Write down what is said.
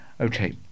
Okay